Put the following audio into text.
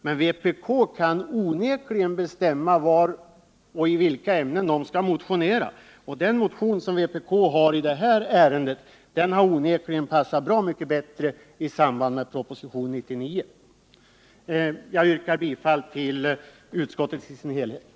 Men vpk kan onekligen bestämma i vilka ämnen man skall motionera. Den motion som vpk har väckt i det här ärendet hade onekligen passat bra mycket bättre i samband med propositionen 99. Jag yrkar bifall till utskottets hemställan i dess helhet.